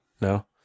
No